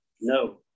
No